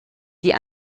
die